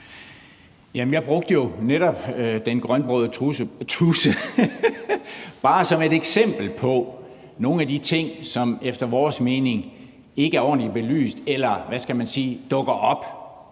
jeg brugte jo netop den grønbrogede tudse bare som et eksempel på nogle af de ting, som efter vores mening ikke er ordentligt belyst eller –